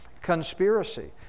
conspiracy